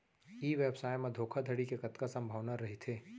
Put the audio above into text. ई व्यवसाय म धोका धड़ी के कतका संभावना रहिथे?